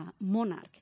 monarch